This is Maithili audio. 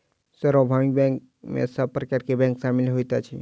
सार्वभौमिक बैंक में सब प्रकार के बैंक शामिल होइत अछि